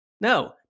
no